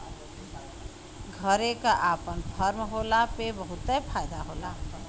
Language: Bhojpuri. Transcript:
घरे क आपन फर्म होला पे बहुते फायदा होला